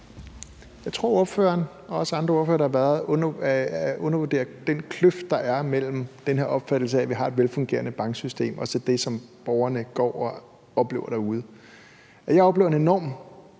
Jeg tror, at ordføreren og andre ordførere undervurderer den kløft, der er mellem den her opfattelse af, at vi har et velfungerende banksystem, og så det, som borgerne går og oplever derude. Jeg oplevede en enorm